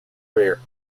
rear